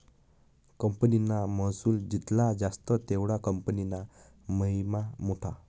कंपनीना महसुल जित्ला जास्त तेवढा कंपनीना महिमा मोठा